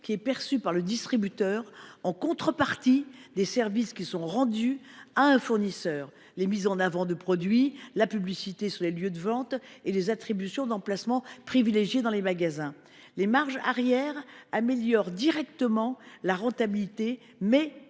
qui est perçue par le distributeur en contrepartie des services qui sont rendus à un fournisseur : la mise en avant de produits, la publicité sur les lieux de vente et les attributions d’emplacements privilégiés dans les magasins. Les marges arrière améliorent directement la rentabilité, mais,